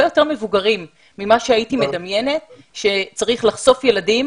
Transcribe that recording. יותר מבוגרים מכפי הייתי מדמיינת שצריך לחשוף ילדים.